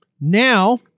Now